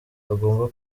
agomba